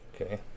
Okay